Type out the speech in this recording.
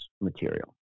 material